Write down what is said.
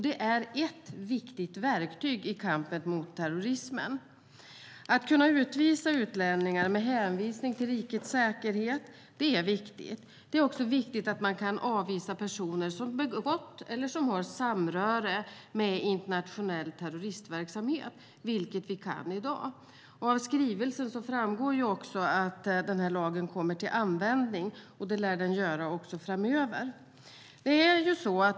Den är ett viktigt verktyg i kampen mot terrorismen. Att kunna utvisa utlänningar med hänvisning till rikets säkerhet är viktigt. Det är också viktigt att man kan avvisa personer som har begått terroristbrott eller som har samröre med internationell terroristverksamhet, vilket vi kan i dag. Av skrivelsen framgår att lagen kommer till användning, och det lär den göra också framöver.